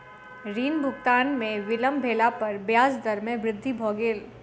ऋण भुगतान में विलम्ब भेला पर ब्याज दर में वृद्धि भ गेल